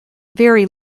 very